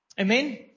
Amen